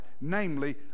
namely